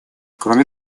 кроме